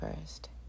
first